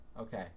Okay